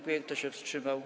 Kto się wstrzymał?